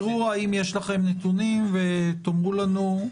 תראו האם יש לכם נתונים ותאמרו לנו.